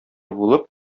булып